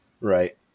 Right